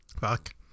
Fuck